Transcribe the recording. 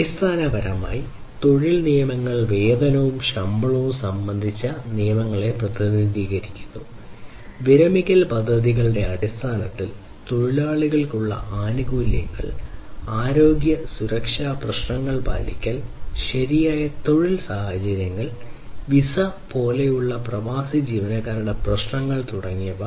അടിസ്ഥാനപരമായി തൊഴിൽ തൊഴിൽ നിയമങ്ങൾ വേതനവും ശമ്പളവും സംബന്ധിച്ച നിയമങ്ങളെ പ്രതിനിധീകരിക്കുന്നു വിരമിക്കൽ പദ്ധതികളുടെ അടിസ്ഥാനത്തിൽ തൊഴിലാളികൾക്കുള്ള ആനുകൂല്യങ്ങൾ ആരോഗ്യ സുരക്ഷാ പ്രശ്നങ്ങൾ പാലിക്കൽ ശരിയായ തൊഴിൽ സാഹചര്യങ്ങൾ വിസ പോലുള്ള പ്രവാസി ജീവനക്കാരുടെ പ്രശ്നങ്ങൾ തുടങ്ങിയവ